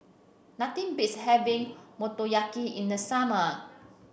nothing beats having Motoyaki in the summer